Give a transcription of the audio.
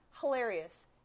hilarious